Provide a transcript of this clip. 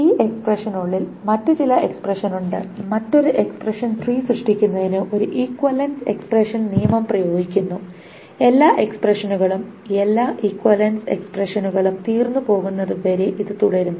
ഈ എക്സ്പ്രഷനുള്ളിൽ മറ്റ് ചില എക്സ്പ്രഷനുണ്ട് മറ്റൊരു എക്സ്പ്രഷൻ ട്രീ സൃഷ്ടിക്കുന്നതിന് ഒരു ഇക്വിവാലെൻസ് എക്സ്പ്രഷൻ നിയമം പ്രയോഗിക്കുന്നു എല്ലാ എക്സ്പ്രഷനുകളും എല്ലാ ഇക്വിവാലെൻസ് എക്സ്പ്രഷനുകളും തീർന്നുപോകുന്നതുവരെ ഇത് തുടരുന്നു